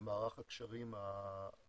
מערך הקשרים האזורי,